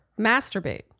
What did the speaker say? Masturbate